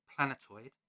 planetoid